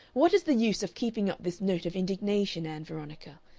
what is the use of keeping up this note of indignation, ann veronica?